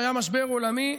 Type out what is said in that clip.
שהיה משבר עולמי,